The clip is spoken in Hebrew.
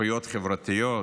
זכויות חברתיות,